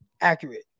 accurate